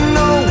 no